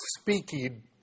speaking